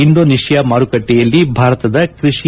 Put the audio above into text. Indonesia ಮಾರುಕಟ್ಲೆಯಲ್ಲಿ ಭಾರತದ ಕ್ಕಷಿ